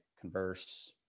converse